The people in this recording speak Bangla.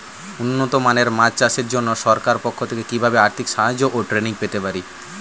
উন্নত মানের মাছ চাষের জন্য সরকার পক্ষ থেকে কিভাবে আর্থিক সাহায্য ও ট্রেনিং পেতে পারি?